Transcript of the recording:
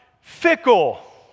fickle